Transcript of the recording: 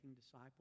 disciples